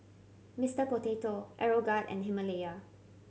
Mister Potato Aeroguard and Himalaya